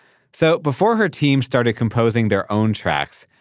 so, before her team started composing their own tracks,